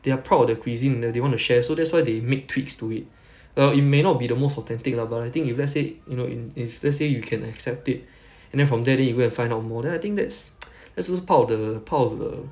they are proud of their cuisine that they want to share so that's why they made tweaks to it well it may not be the most authentic lah but I think if let's say you know in if let's say you can accept it and then from there then you go and find out more then I think that's that's also part of the part of the